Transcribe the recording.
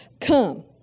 come